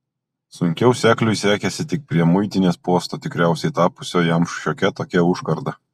sunkiau sekliui sekėsi tik prie muitinės posto tikriausiai tapusio jam šiokia tokia užkarda